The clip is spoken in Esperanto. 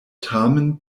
tamen